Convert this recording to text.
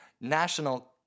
national